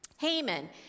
Haman